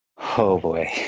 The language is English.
oh, boy.